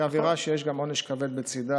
היא עבירה שיש גם עונש כבד בצידה.